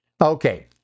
Okay